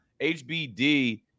HBD